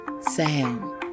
Sam